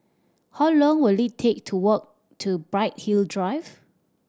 how long will it take to walk to Bright Hill Drive